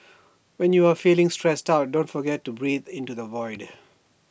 when you are feeling stressed out don't forget to breathe into the void